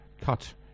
cut